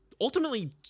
ultimately